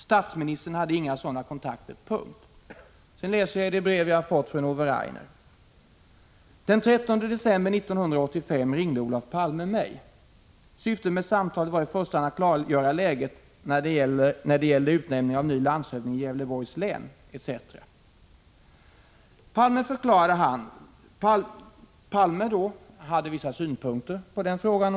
Statsministern hade inga sådana kontakter.” I det brev jag har fått från Ove Rainer står följande: ”Den 13 december 1985 ringde Olof Palme mig. Syftet med samtalet var i första hand att klargöra läget när det gäller utnämningen av ny landshövding i Gävleborgs län ——-—.” Palme hade vissa synpunkter på den frågan.